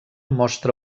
mostra